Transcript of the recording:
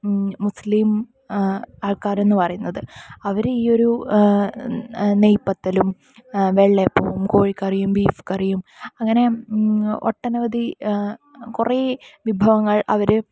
മുസ്ലിം ആൾക്കാരെന്നുപറയുന്നത് അവര് ഈയൊരു നെയ്യ് പത്തലും വെള്ളയപ്പവും കോഴിക്കറിയും ബീഫ് കറിയും അങ്ങനെ ഒട്ടനവധി ഈ കുറെ വിഭവങ്ങൾ അവര്